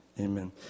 Amen